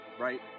right